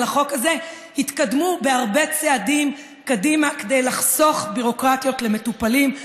החוק הזה התקדמו הרבה צעדים קדימה כדי לחסוך ביורוקרטיות למטופלים,